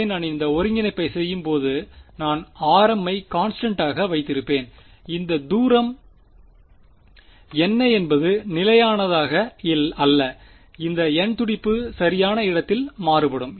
எனவே நான் இந்த ஒருங்கிணைப்பைச் செய்யும்போது நான் rm ஐ கான்ஸ்டண்டாக வைத்திருப்பேன் இந்த தூரம் என்ன என்பது நிலையானதாக அல்ல இந்த n துடிப்பு சரியான இடத்தில் மாறுபடும்